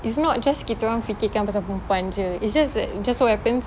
it's not just kita orang fikirkan pasal perempuan jer it's that just so happens